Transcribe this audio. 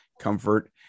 comfort